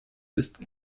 ist